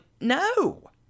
no